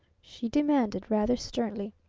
she demanded rather sternly.